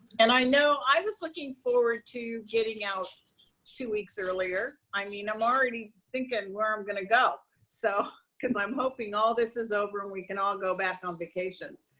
and i know i was looking forward to getting out two weeks earlier. i mean, i'm already thinking where i'm gonna go. so because i'm hoping all this is over and we can all go back and on vacations.